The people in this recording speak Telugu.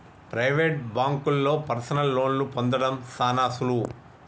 ప్రైవేట్ బాంకుల్లో పర్సనల్ లోన్లు పొందడం సాన సులువు